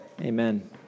amen